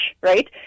right